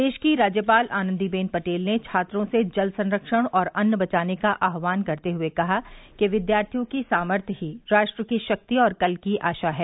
प्रदेश की राज्यपाल आनन्दीबेन पटेल ने छात्रों से जल संरक्षण और अन्न बचाने का आहवान करते हुए कहा कि विद्यार्थियों की सामर्थ्य ही राष्ट्र की शक्ति और कल की आशा है